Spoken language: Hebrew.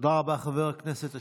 תודה רבה, חבר הכנסת אשר.